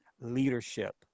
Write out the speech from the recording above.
leadership